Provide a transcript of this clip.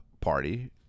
party